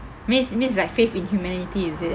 means means like faith in humanity is it